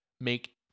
make